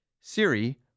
siri